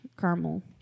caramel